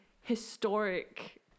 historic